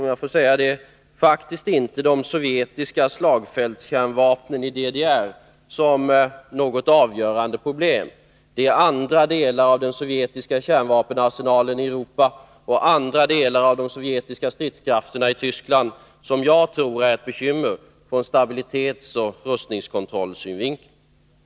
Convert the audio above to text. Jag ser faktiskt inte de sovjetiska slagfältskärnvapneni DDR som något avgörande problem. Det är andra delar av den sovjetiska kärnvapenarsenalen i Europa och andra delar av de sovjetiska stridskrafterna i Tyskland som jag tror är ett bekymmer från stabilitetsoch rustningskontrollsynvinkel.